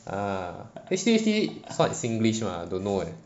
ah H_T_H_T is not singlish mah don't know eh